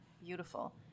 beautiful